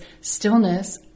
stillness